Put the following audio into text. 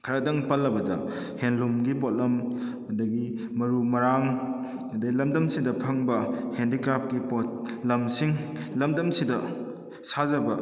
ꯈꯔꯗꯪ ꯄꯜꯂꯕꯗ ꯍꯦꯟꯂꯨꯝꯒꯤ ꯄꯣꯠꯂꯝ ꯑꯗꯒꯤ ꯃꯔꯨ ꯃꯔꯥꯡ ꯑꯗꯩ ꯂꯝꯗꯝꯁꯤꯗ ꯐꯪꯕ ꯍꯦꯟꯗꯤꯀ꯭ꯔꯥꯐꯀꯤ ꯄꯣꯠ ꯂꯝꯁꯤꯡ ꯂꯝꯗꯝꯁꯤꯗ ꯁꯥꯖꯕ